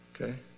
Okay